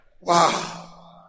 Wow